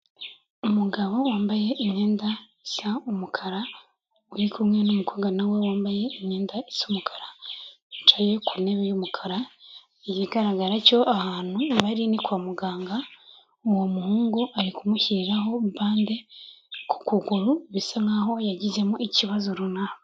Umugabo wambaye imyenda isa umukara uri kumwe n'umukobwa na we wambaye imyenda isa umukara, yicaye ku ntebe y'umukara, ikigaragara cyo ahantu bari ni kwa muganga, uwo muhungu ari kumushyiriraho bande ku kuguru, bisa nk'aho yagizemo ikibazo runaka.